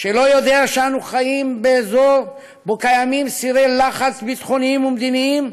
שלא יודע שאנו חיים באזור שבו קיימים סירי לחץ ביטחוניים ומדיניים,